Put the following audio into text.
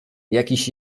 jakiś